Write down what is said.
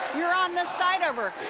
you're on this side over,